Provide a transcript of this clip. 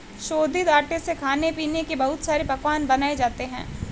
शोधित आटे से खाने पीने के बहुत सारे पकवान बनाये जाते है